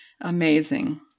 amazing